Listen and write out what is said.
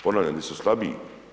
Ponavljam, di su slabiji.